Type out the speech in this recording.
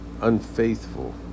unfaithful